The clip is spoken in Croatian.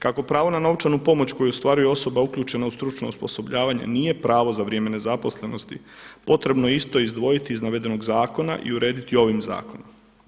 Kako pravo na novčanu pomoć koju ostvaruje osoba uključena u stručno osposobljavanje nije pravo za vrijeme nezaposlenosti potrebno je isto izdvojiti iz navedenog zakona i urediti ovim zakonom.